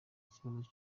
ikibazo